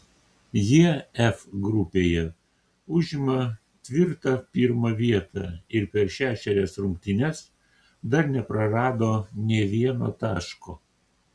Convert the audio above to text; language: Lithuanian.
jie f grupėje užima tvirtą pirmą vietą ir per šešerias rungtynes dar neprarado nė vieno taško